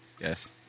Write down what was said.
Yes